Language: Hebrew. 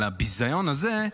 על הביזיון הזה,